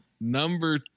number